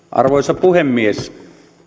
arvoisa puhemies